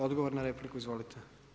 Odgovor na repliku, izvolite.